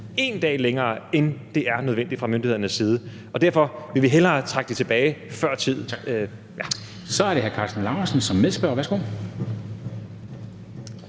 én dag længere, end det er nødvendigt fra myndighedernes side. Derfor vil vi hellere trække det tilbage før tid. Kl. 15:40 Formanden (Henrik Dam Kristensen): Tak.